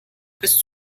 bis